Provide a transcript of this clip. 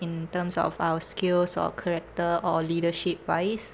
in terms of our skills or character or leadership wise